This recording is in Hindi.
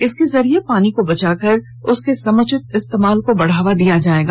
इसके जरिए पानी को बचाकर उसके समुचित इस्तेमाल को बढ़ावा दिया जाएगा